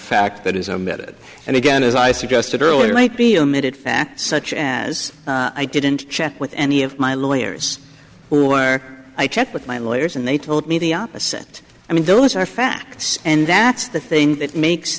fact that is a bit and again as i suggested earlier might be omitted facts such as i didn't check with any of my lawyers who are i checked with my lawyers and they told me the opposite i mean those are facts and that's the thing that makes